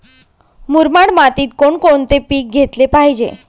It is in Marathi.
मुरमाड मातीत कोणकोणते पीक घेतले पाहिजे?